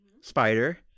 spider